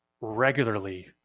regularly